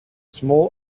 small